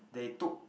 they took